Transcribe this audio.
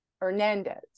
Hernandez